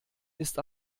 ist